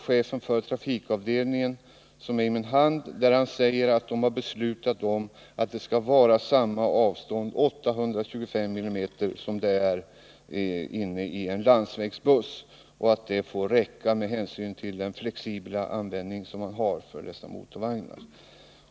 Chefen för trafikavdelningen säger i ett brev som jag har i min hand att man beslutat att det skall vara samma avstånd, 825 mm, som det är inne i landsvägsbussar och att detta får räcka med hänsyn till den flexibla användningen av dessa motorvagnar.